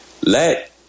Let